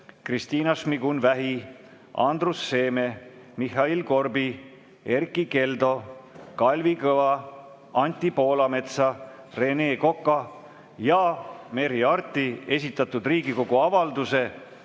Kristina Šmigun-Vähi, Andrus Seeme, Mihhail Korbi, Erkki Keldo, Kalvi Kõva, Anti Poolametsa, Rene Koka ja Merry Aarti esitatud Riigikogu avalduse